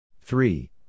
Three